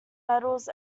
medals